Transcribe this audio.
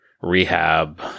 rehab